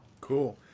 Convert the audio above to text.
cool